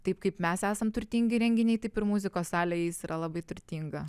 taip kaip mes esam turtingi renginiai taip ir muzikos salė jais yra labai turtinga